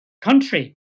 country